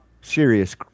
serious